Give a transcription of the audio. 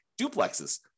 duplexes